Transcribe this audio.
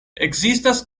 ekzistas